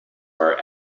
are